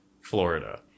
Florida